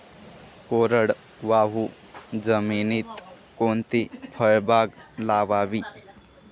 कोरडवाहू जमिनीत कोणती फळबाग लावावी?